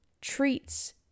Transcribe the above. treats